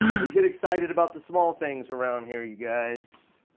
we get excited about the small things around here, you guys.